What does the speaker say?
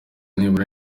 nibura